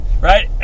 right